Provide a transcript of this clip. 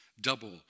double